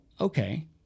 okay